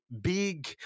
big